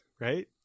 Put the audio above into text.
right